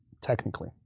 technically